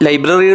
Library